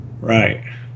Right